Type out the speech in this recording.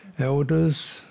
elders